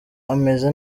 ameze